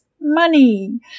money